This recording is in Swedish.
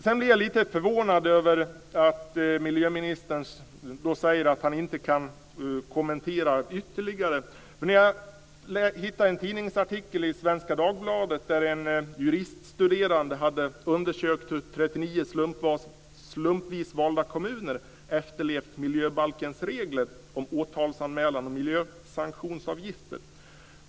Jag blir lite förvånad över att miljöministern säger att han inte kan kommentera ytterligare. Jag har hittat en tidningsartikel i Svenska Dagbladet där en juriststuderande har undersökt hur 39 slumpvis valda kommuner har efterlevt miljöbalkens regler om åtalsanmälan och miljösanktionsavgifter.